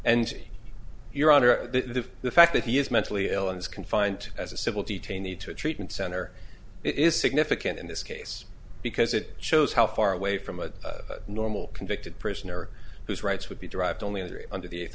and your honor the the fact that he is mentally ill and is confined as a civil detainee to a treatment center is significant in this case because it shows how far away from a normal convicted prisoner whose rights would be derived only under